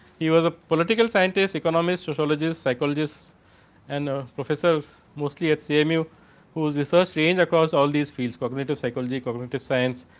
he was a political scientist economist, sociologist, psychologist and a professor mostly at cmu who's research range across all these fields cognitive psychology, cognitive science,